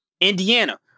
Indiana